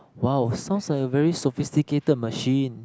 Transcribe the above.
!wow! sounds like a very sophisticated machine